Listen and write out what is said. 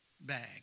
bag